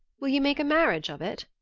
will ye make a marriage of it?